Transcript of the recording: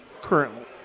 Currently